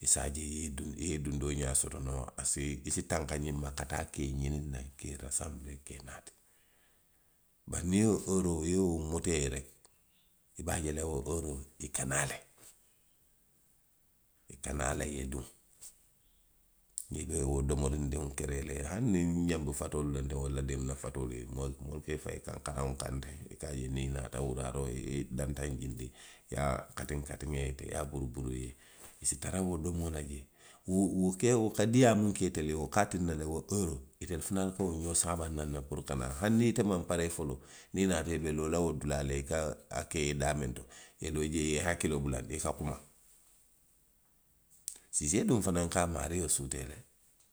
i se a je duŋ, i ye i dundoo ňaa soto noo, a se a si tanka ňiŋ ma ka taa ka i ňiniŋ naŋ, ka i rasanbilee ka i naati. Niŋ i ye wo ooroo i ye wo muta i ye reki, i be a je la wo ooroo, i ka naa le. I ka naa le i ye duŋ. I be domorindiŋ ke la i ye aniŋ ňanbi faloolu loŋ walla nenemuna fatoolu ka wolu bee fayi kankaraŋo kaŋ teŋ. I se a je niŋ i naata wuraaroo. i dantaŋ taa, i ye a katiŋ katiŋ, i ye a buruburu i ye, i si tara wo domoo la jee; moo moo kiliŋ muŋ diyaamu itelu ye, wo ka a tinna le wo domoo, itelu fanaŋ ka wo ňoŋ saawaŋ naŋ ne. Hani ite maŋ naa, ite maŋ paree foloo, niŋ i naata, i be loo la wo dulaa i ka ke i ye daamiŋ to. Niŋ i ye i hakkiloo bulandi, i ka kuma. A si ke noo i fanaŋ ka a maario suutee le.